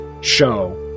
show